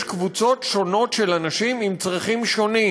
יש קבוצות שונות של אנשים עם צרכים שונים,